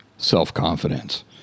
self-confidence